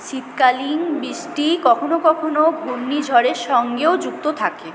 শীতকালীন বৃষ্টি কখনও কখনও ঘূর্ণিঝড়ের সঙ্গেও যুক্ত থাকে